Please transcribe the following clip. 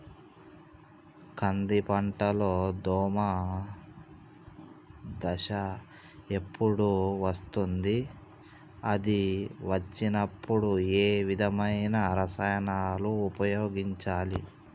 కంది పంటలో దోమ దశ ఎప్పుడు వస్తుంది అది వచ్చినప్పుడు ఏ విధమైన రసాయనాలు ఉపయోగించాలి?